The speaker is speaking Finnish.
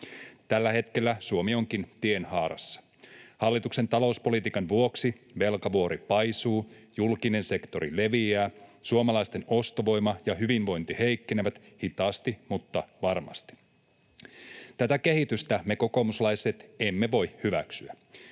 Tällä hetkellä Suomi onkin tienhaarassa. Hallituksen talouspolitiikan vuoksi velkavuori paisuu, julkinen sektori leviää ja suomalaisten ostovoima ja hyvinvointi heikkenevät hitaasti mutta varmasti. Tätä kehitystä me kokoomuslaiset emme voi hyväksyä.